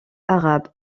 arabes